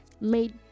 made